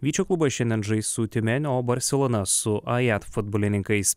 vyčio klubas šiandien žais tiumen o barselona su ajat futbolininkais